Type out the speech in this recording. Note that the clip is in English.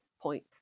point